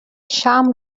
شرم